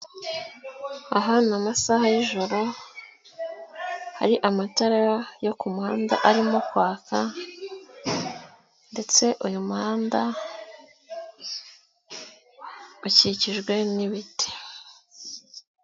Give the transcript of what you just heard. Aha ni amasaha y'ijoro, hari amatara yo ku muhanda arimo kwaka ndetse uyu muhanda ukikijwe n'ibiti.